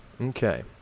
Okay